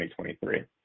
2023